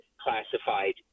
classified